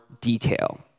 detail